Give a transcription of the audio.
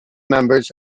members